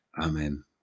Amen